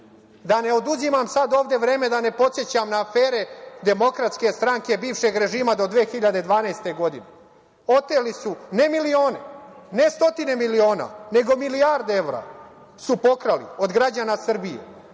Da ne oduzimam sad ovde vreme, da ne podsećam na afere Demokratske stranke, bivšeg režima do 2012. godine. Oteli su ne milione, ne stotine miliona, nego milijarde evra su pokrali od građana Srbije.